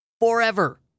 forever